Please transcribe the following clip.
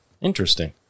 Interesting